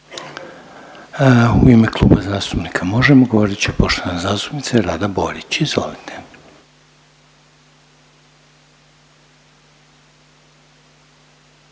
U ime Kluba zastupnika Možemo! govorit će poštovana zastupnica Rada Borić. Izvolite.